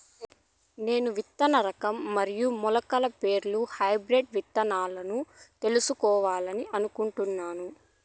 నేను విత్తన రకం మరియు మొలకల పేర్లు హైబ్రిడ్ విత్తనాలను తెలుసుకోవాలని అనుకుంటున్నాను?